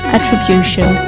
Attribution